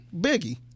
Biggie